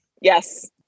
Yes